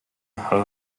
her